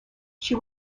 she